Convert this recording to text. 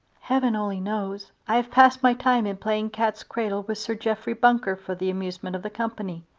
heaven only knows. i have passed my time in playing cat's cradle with sir jeffrey bunker for the amusement of the company,